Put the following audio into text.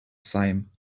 same